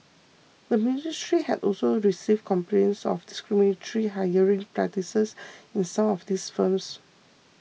the ministry had also received complaints of discriminatory hiring practices in some of these firms